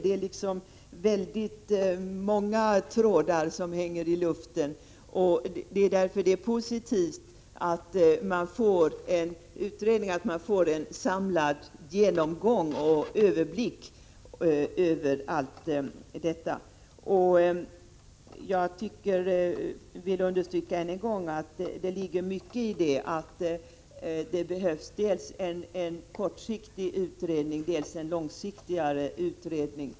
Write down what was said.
Det är väldigt många trådar som hänger i luften, och det är därför positivt att vi får en samlad genomgång som ger en överblick över allt detta. Jag vill än en gång understryka att det behövs dels en kortsiktig utredning, dels en utredning på längre sikt.